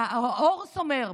העור סומר,